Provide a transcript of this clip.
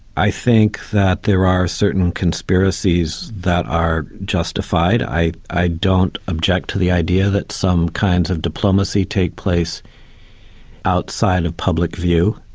i think that there are certain conspiracies that are justified. i don't don't object to the idea that some kinds of diplomacy take place outside of public view.